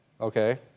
okay